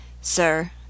Sir